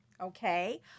Okay